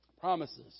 promises